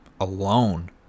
alone